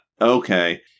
okay